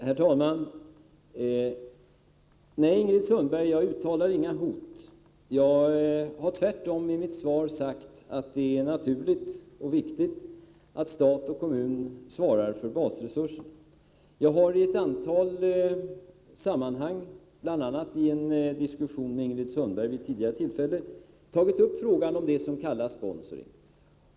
Herr talman! Nej, Ingrid Sundberg, jag uttalar inga hot. Jag har tvärtom i mitt svar sagt att det är naturligt och viktigt att stat och kommun svarar för basresurserna. Jag har i ett antal sammanhang — bl.a. i en diskussion med Ingrid Sundberg vid ett tidigare tillfälle — tagit upp frågan om det som kallas sponsring.